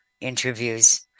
interviews